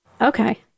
Okay